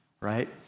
right